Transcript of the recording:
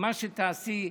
שמה שתעשי,